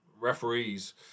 referees